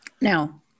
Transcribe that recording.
Now